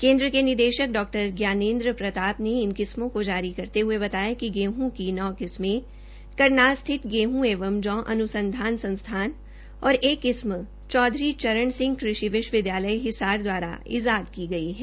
केन्द्र के निदेशक डॉ ज्ञानेन्द्र प्रताप ने इस किस्मों को जारी करते हुये बताया कि गेहूं की नौ किस्में करनाल स्थित गेहूं एवं जौं अनसंधान संस्थान और एक किस्म चौधरी चरण सिंह कृषि विश्वविद्यालय हिसार द्वारा ईजाद की गई है